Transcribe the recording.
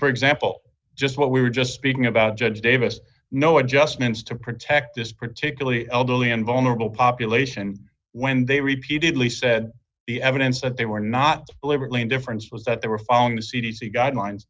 for example just what we were just speaking about judge davis no adjustments to protect this particularly elderly and vulnerable population when they repeatedly said the evidence that they were not deliberately difference was that they were following the c d c guidelines